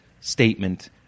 statement